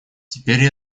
теперь